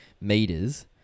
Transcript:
meters